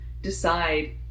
decide